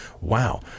Wow